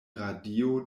radio